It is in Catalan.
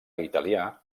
italià